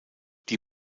die